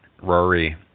Rory